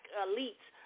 elites